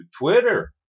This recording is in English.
Twitter